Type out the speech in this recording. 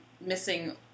missing